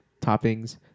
toppings